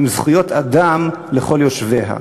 עם זכויות אדם לכל יושביה.